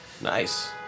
Nice